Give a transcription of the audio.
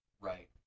right